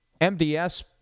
MDS